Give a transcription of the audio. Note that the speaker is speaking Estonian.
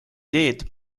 teed